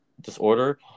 disorder